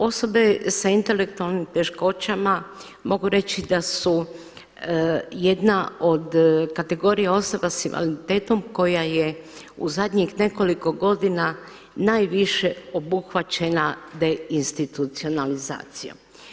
Osobe sa intelektualnim teškoćama mogu reći da su jedna od kategorija osoba sa invaliditetom koja je u zadnjih nekoliko godina najviše obuhvaćena deinstitucionalizacijom.